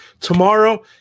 tomorrow